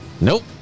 Nope